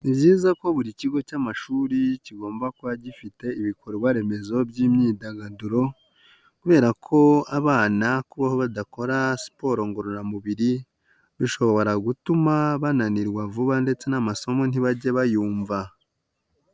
Ni byiza ko buri kigo cy'amashuri kigomba kuba gifite ibikorwa remezo by'imyidagaduro kubera ko abana kubaho badakora siporo ngororamubiri, bishobora gutuma bananirwa vuba ndetse n'amasomo ntibajye bayumva.